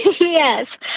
Yes